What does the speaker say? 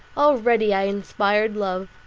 already i inspired love.